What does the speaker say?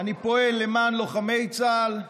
אני פועל למען לוחמי צה"ל,